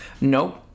Nope